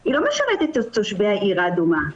היא לא משרתת את תושבי העיר האדומה.